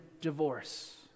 divorce